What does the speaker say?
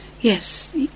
Yes